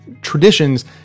traditions